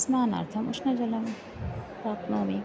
स्नानार्थम् उष्णजलं प्राप्नोमि